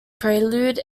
prelude